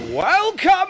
Welcome